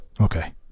Okay